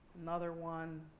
another one.